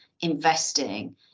investing